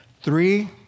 Three